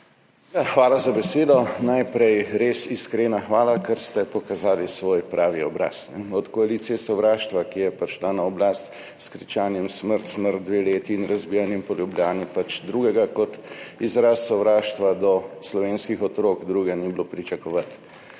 Hvala za besedo. Najprej res iskrena hvala, ker ste pokazali svoj pravi obraz. Od koalicije sovraštva, ki je prišla na oblast z dveletnim kričanjem smrt, smrt in razbijanjem po Ljubljani, drugega kot izraz sovraštva do slovenskih otrok ni bilo pričakovati.